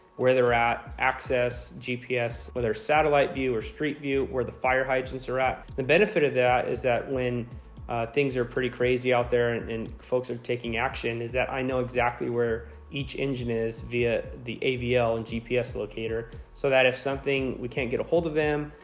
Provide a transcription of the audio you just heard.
where they're at, access gps with our satellite view or street view or the fire hydrants are at. the benefit of that is that when things are pretty crazy out there and folks are taking action, is that i know exactly where each engine is via the avl ah and gps locator so that if something we can't get a hold of them.